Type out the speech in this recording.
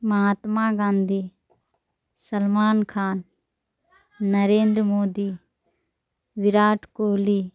Mahatma Gandhi Salman Khan Narendra Modi Virat Kohli